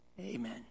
Amen